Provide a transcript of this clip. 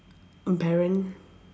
Baron